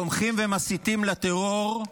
תומכים ומסיתים לטרור,